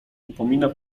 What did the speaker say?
upomina